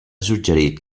suggerit